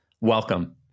Welcome